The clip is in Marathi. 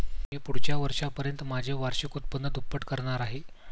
मी पुढच्या वर्षापर्यंत माझे वार्षिक उत्पन्न दुप्पट करणार आहे